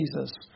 Jesus